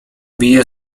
bije